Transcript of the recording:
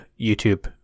YouTube